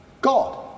God